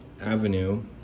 avenue